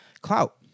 Clout